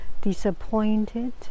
disappointed